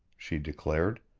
she declared.